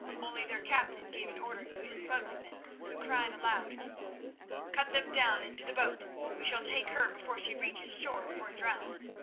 only their captain gave an order to his spokesman, who cried aloud cut them down, and to the boat! we shall take her before she reaches shore or drowns.